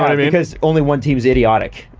i mean because only one team is idiotic.